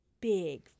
big